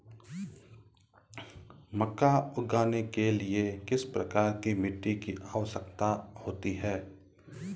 मक्का उगाने के लिए किस प्रकार की मिट्टी की आवश्यकता होती है?